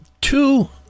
two